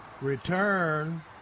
return